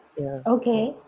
Okay